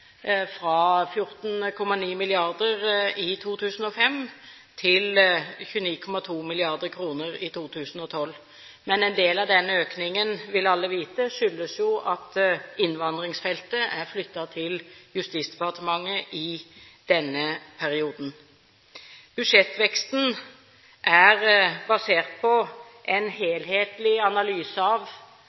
fra 14,9 mrd. kr i 2005 til 29,2 mrd. kr i 2012. Men en del av denne økningen, vil alle vite, skyldes jo at innvandringsfeltet er flyttet til Justisdepartementet i denne perioden. Budsjettveksten er basert på en helhetlig analyse av